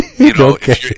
Okay